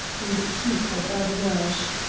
in the key for badinage.